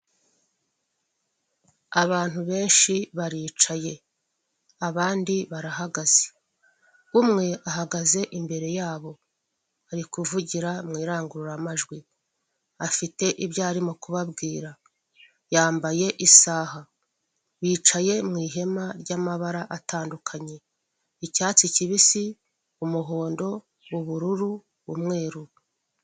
Abantu benshi baricaye, abandi barahagaze, umwe ahagaze imbere yabo, ari kuvugira mu irangururamajwi, afite ibyo arimo kubabwira, yambaye isaha, yicaye mu ihema ry'amabara atandukanye; icyatsi, kibisi, umuhondo, ubururu, umweru.